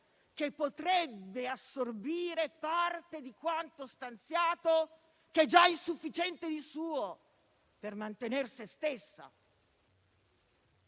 che potrebbe assorbire parte di quanto stanziato, che già è insufficiente di suo, per mantenere se stessa.